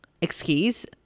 excuse